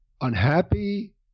unhappy